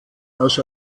aus